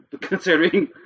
considering